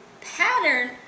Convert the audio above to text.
pattern